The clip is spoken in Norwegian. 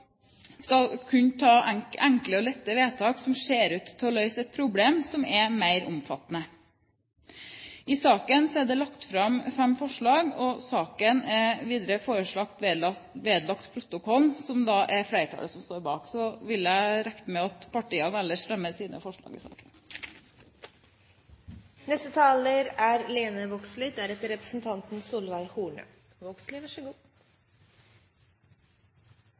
ta enkle og lette vedtak som ser ut til å løse et problem som er mer omfattende. I saken er det lagt fram fem forslag, og videre er saken foreslått vedlagt protokollen, som flertallet står bak. Jeg regner ellers med at partiene fremmer sine forslag i